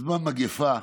בזמן מגפה,